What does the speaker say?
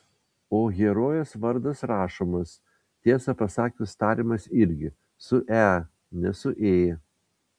o herojės vardas rašomas tiesą pasakius tariamas irgi su e ne su ė